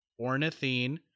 ornithine